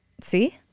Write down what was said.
See